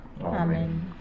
Amen